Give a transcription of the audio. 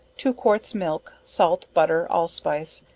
two quarts milk, salt, butter, allspice,